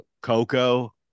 Coco